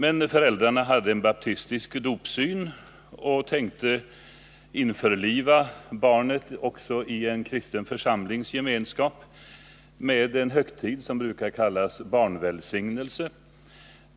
Men föräldrarna hade en baptistisk dopsyn och tänkte införliva barnet också i en kristen församlings gemenskap med en högtid som brukar kallas barnvälsignelse.